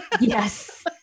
Yes